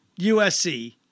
USC